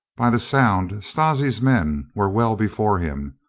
by the sound strozzi's men were well be fore him,